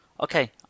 Okay